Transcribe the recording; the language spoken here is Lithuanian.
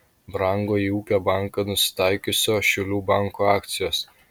brango į ūkio banką nusitaikiusio šiaulių banko akcijos